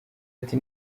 ati